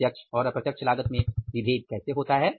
प्रत्यक्ष और अप्रत्यक्ष लागत में विभेद कैसे होता है